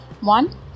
One